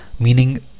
meaning